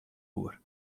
oer